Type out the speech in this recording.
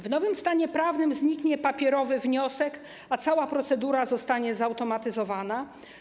W nowym stanie prawnym zniknie papierowy wniosek, a cała procedura zostanie zautomatyzowana.